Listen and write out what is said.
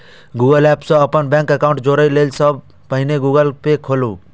Google Pay app सं अपन bank account जोड़य लेल सबसं पहिने गूगल पे खोलू